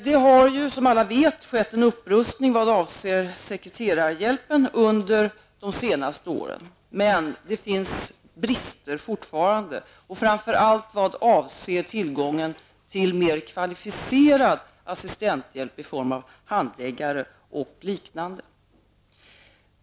Det har, som alla vet, skett en upprustning vad gäller sekreterarhjälpen. Men det finns forfarande brister, framför allt vad avser tillgången till mer kvalificerad assistenthjälp i form av handläggare och liknande.